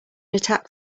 attack